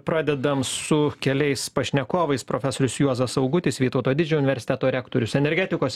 pradedam su keliais pašnekovais profesorius juozas augutis vytauto didžiojo universiteto rektorius energetikos